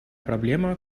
проблема